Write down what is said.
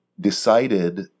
decided